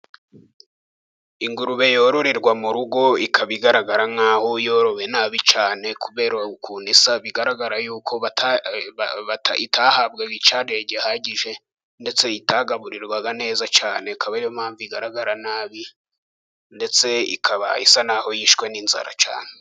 Ingurube yororerwa mu rugo, ikaba igaragara nk’aho yorowe nabi cyane kubera ukuntu isa. Bigaragara ko itahabwaga icyarire gihagije, ndetse itagaburirwaga neza cyane. Ikaba ariyo mpamvu igaragara nabi, ndetse ikaba isa n’aho yishwe n’inzara cyane.